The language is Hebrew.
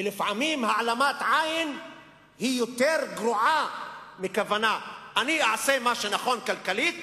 ולפעמים העלמת עין יותר גרועה מכוונה: אני אעשה מה שיותר נכון כלכלית,